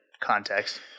context